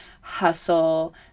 hustle